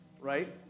right